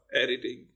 editing